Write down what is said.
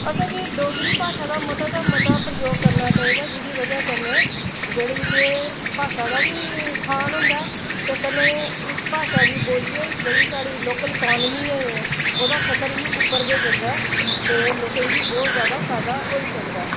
असें गी डोगरी भाशा दा मता शा मता प्रयोग करना चाहिदा जेह्दी वजह् कन्नै जेह्ड़ी कि भाशा दा बी उत्थान हुंदा ऐ ते कन्नै इस भाशा गी बोल्लियै जेह्ड़ी साढ़ी लोकल इकानमी ऐ ओह्दा स्तर बी उप्पर गै जंदा ते लोकें गी बहुत जैदा फायदा होई सकदा ऐ